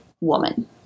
woman